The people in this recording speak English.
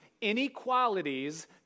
inequalities